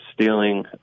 stealing